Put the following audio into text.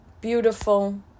beautiful